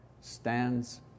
stands